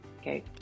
okay